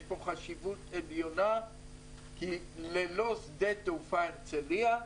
יש כאן חשיבות עליונה כי ללא שדה תעופה הרצליה,